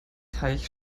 teich